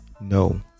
no